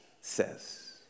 says